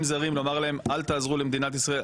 זרים ולומר להם "אל תעזרו למדינת ישראל,